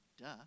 duh